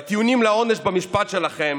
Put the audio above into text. בטיעונים לעונש במשפט שלכם